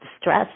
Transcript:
stress